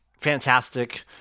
fantastic